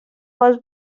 was